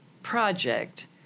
Project